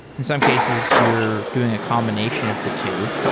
in some cases, you're doing a combination of the two.